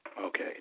Okay